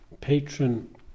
patron